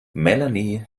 melanie